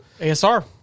ASR